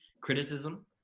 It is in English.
criticism